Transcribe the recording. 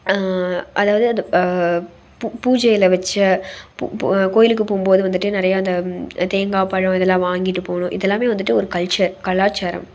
அதாவது அந்த பூ பூஜையில் வைச்ச பூ பூ கோயிலுக்கு போகும்போது வந்துட்டு நிறையா அந்த தேங்காய் பழம் இதெல்லாம் வாங்கிட்டு போகணும் இதெல்லாமே வந்துட்டு ஒரு கல்ச்சர் கலாச்சாரம்